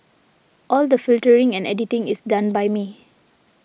all the filtering and editing is done by me